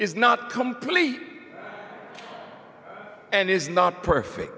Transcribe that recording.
is not complete and is not perfect